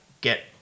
get